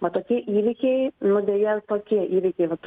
va tokie įvykiai nu deja tokie įvykiai vat